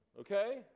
Okay